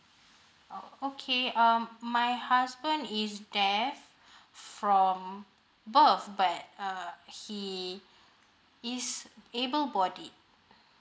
oh okay um my husband is there from both but err he is able body